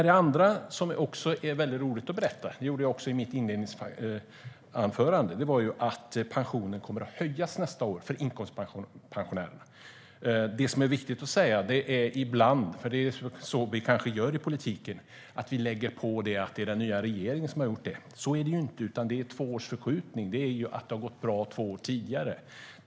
Det andra, som också är väldigt roligt att berätta och det gjorde jag också i mitt inledningsanförande, är att pensionen för inkomstpensionärerna kommer att höjas nästa år. Ibland kanske vi gör så i politiken att vi lägger något på den nya regeringen och säger att de har genomfört något, men så är det ju inte här, och det är viktigt att säga. Det är ju en två års förskjutning, så det handlar om att det har gått bra två år tidigare.